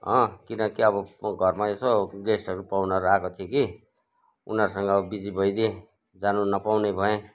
अँ किनकि अब घरमा यसो गेस्टहरू पाहुनाहरू आएको थियो कि उनीहरूसँग बिजी भइदिएँ जानु नपाउने भएँ